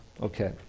Okay